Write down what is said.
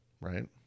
right